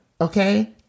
okay